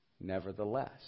nevertheless